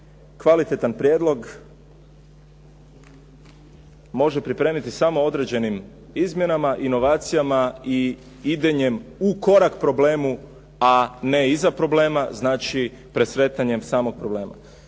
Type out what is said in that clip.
kvalitetan prijedlog može pripremiti samo određenim izmjenama, inovacijama i idenjem u korak problemu a ne iza problema znači presretanjem samog problema.